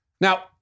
Now